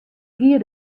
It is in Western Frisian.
gie